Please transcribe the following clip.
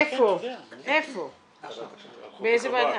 באיזה ועדה?